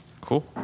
Cool